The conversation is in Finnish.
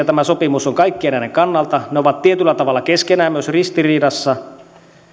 tämä sopimus on ongelmallinen näiden kaikkien kolmen perustuslain takaaman oikeuden kannalta ne ovat tietyllä tavalla myös keskenään ristiriidassa